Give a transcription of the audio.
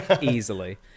easily